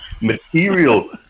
material